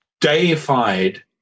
deified